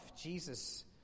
Jesus